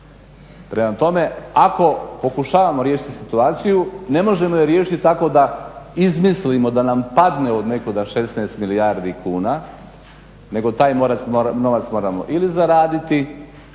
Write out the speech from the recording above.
Prema tome, ako pokušavamo riješiti situaciju ne možemo je riješiti tako da izmislimo da nam padne od nekuda 16 milijardi kuna, nego taj novac moramo ili zaraditi